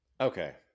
Okay